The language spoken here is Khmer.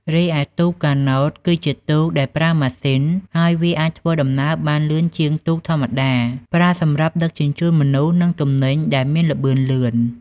រីឯទូកកាណូត គឺជាទូកដែលប្រើម៉ាស៊ីន ហើយវាអាចធ្វើដំណើរបានលឿនជាងទូកធម្មតា ប្រើសម្រាប់ដឹកជញ្ជូនមនុស្សនិងទំនិញដែលមានល្បឿនលឿន។